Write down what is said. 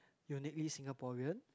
uniquely Singaporean